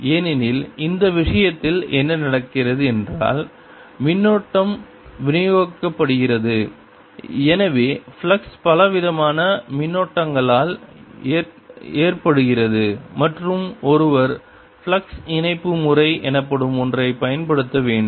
ஏனெனில் இந்த விஷயத்தில் என்ன நடக்கிறது என்றால் மின்னோட்டம் விநியோகிக்கப்படுகிறது எனவே ஃப்ளக்ஸ் பலவிதமான மின் ஓட்டங்களால் ஏற்படுகிறது மற்றும் ஒருவர் ஃப்ளக்ஸ் இணைப்பு முறை எனப்படும் ஒன்றைப் பயன்படுத்த வேண்டும்